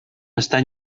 estar